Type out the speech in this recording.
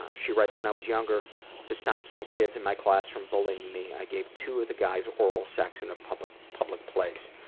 she writes, when i was younger to stop some kids in my class from bullying me i gave two of the guys oral sex in ah the public place.